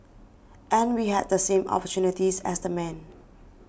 and we had the same opportunities as the men